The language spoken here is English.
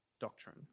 doctrine